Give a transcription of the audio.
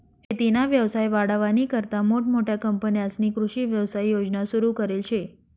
शेतीना व्यवसाय वाढावानीकरता मोठमोठ्या कंपन्यांस्नी कृषी व्यवसाय योजना सुरु करेल शे